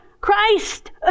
Christ